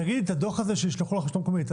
תגידי את הדוח הזה שישלחו לך מהרשות המקומית,